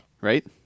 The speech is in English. Right